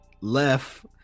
left